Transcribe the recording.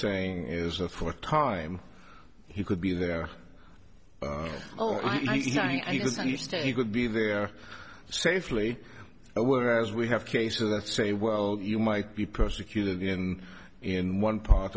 saying is the fourth time he could be there oh i think he would be there safely whereas we have case that say well you might be prosecuted in in one part